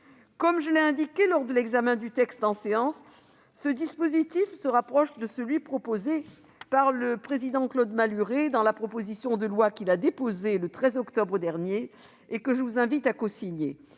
Comme je l'ai indiqué lors de l'examen du texte en séance, ce dispositif se rapproche de celui qu'a proposé Claude Malhuret dans la proposition de loi qu'il a déposée le 13 octobre dernier et que je vous invite à cosigner,